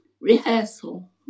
rehearsal